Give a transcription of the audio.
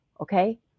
okay